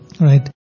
Right